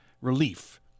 relief